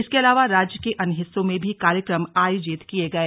इसके अलावा राज्य के अन्य हिस्सों में भी कार्यक्रम आयोजित किये गए